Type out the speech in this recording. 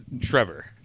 Trevor